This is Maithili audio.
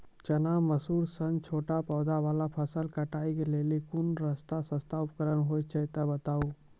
चना, मसूर सन छोट पौधा वाला फसल कटाई के लेल कूनू सस्ता उपकरण हे छै तऽ बताऊ?